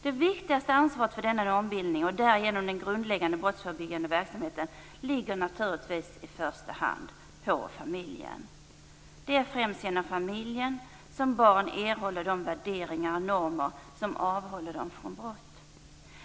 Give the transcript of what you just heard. Det viktigaste ansvaret för denna normbildning och därigenom den grundläggande brottsförebyggande verksamheten ligger naturligtvis i första hand på familjen. Det är främst genom familjen som barn erhåller de värderingar och normer som avhåller dem från brott.